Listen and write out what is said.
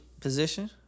position